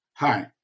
Hi